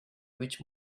which